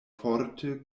forte